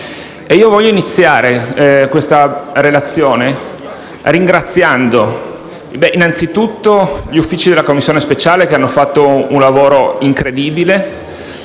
Voglio iniziare questa relazione ringraziando, innanzitutto, gli Uffici della Commissione speciale, che hanno fatto un lavoro incredibile,